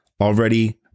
Already